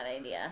idea